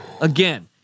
Again